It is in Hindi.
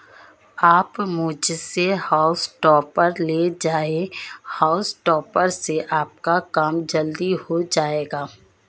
आप मुझसे हॉउल टॉपर ले जाएं हाउल टॉपर से आपका काम जल्दी हो जाएगा